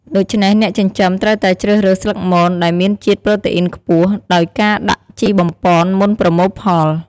ដូច្នេះអ្នកចិញ្ចឹមត្រូវតែជ្រើសរើសស្លឹកមន ដែលមានជាតិប្រូតេអ៊ីនខ្ពស់ ដោយការដាក់ជីបំប៉ុនមុនប្រមូលផល។